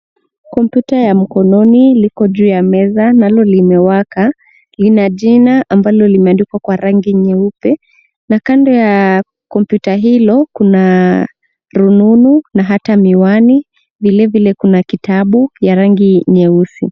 Kompyuta ya mkononi liko juu ya meza, nalo limewaka, lina jina ambalo limeandikwa kwa rangi nyeupe. Na kando ya kompyuta hilo kuna rununu, na ata miwani, vilevile kuna kitabu ya rangi nyeusi.